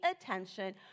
attention